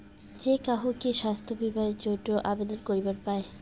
যে কাহো কি স্বাস্থ্য বীমা এর জইন্যে আবেদন করিবার পায়?